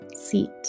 seat